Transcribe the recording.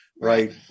Right